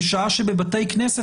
בשעה שבבתי כנסת,